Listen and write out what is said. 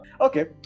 Okay